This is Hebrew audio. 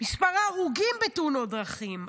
מספר ההרוגים בתאונות דרכים,